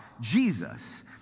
Jesus